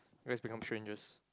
you guys become strangers